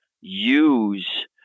use